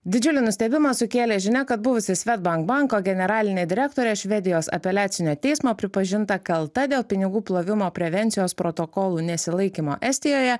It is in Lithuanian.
didžiulį nustebimą sukėlė žinia kad buvusi swedbank banko generalinė direktorė švedijos apeliacinio teismo pripažinta kalta dėl pinigų plovimo prevencijos protokolų nesilaikymo estijoje